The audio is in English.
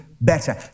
better